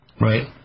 right